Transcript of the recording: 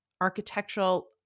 architectural